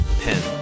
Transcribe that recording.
pen